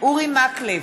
אורי מקלב,